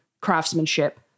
craftsmanship